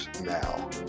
now